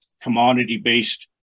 commodity-based